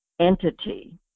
entity